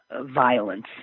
violence